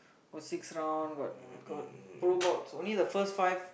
or six round got got problem only the first price